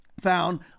found